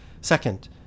Second